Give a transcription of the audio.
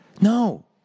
No